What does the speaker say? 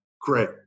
great